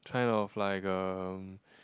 kind of like um